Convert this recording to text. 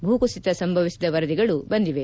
ಭೂಕುಸಿತ ಸಂಭವಿಸಿದ ವರದಿಗಳೂ ಬಂದಿದೆ